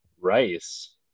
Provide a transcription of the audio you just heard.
Rice